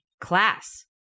class